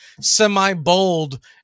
semi-bold